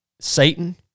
Satan